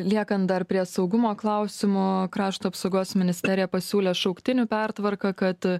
liekant dar prie saugumo klausimų krašto apsaugos ministerija pasiūlė šauktinių pertvarką kad